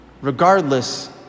regardless